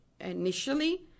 initially